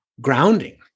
grounding